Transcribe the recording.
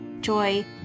joy